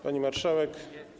Pani Marszałek!